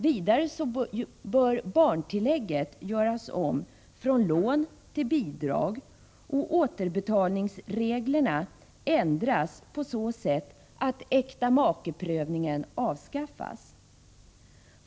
Vidare bör barntillägget göras om från lån till bidrag och återbetalningsreglerna ändras på så sätt att äktamakeprövningen avskaffas.